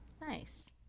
Nice